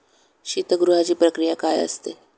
शीतगृहाची प्रक्रिया काय असते?